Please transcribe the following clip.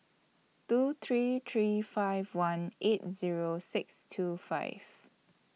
two three three five one eight Zero six two five